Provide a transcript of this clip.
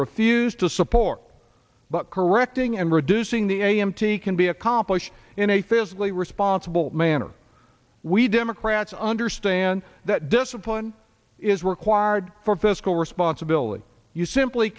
refuse to support but correcting and reducing the a m t can be accomplished in a fiscally responsible manner we democrats understand that discipline is required for fiscal responsibility you simply